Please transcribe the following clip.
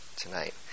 tonight